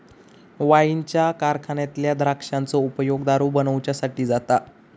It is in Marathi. वाईनच्या कारखान्यातल्या द्राक्षांचो उपयोग दारू बनवच्यासाठी जाता